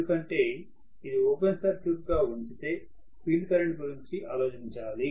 ఎందుకంటే ఇది ఓపెన్ సర్క్యూట్గా ఉంచితే ఫీల్డ్ కరెంట్ గురించి ఆలోచించాలి